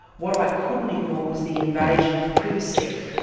what i couldn't ignore was the invasion of privacy,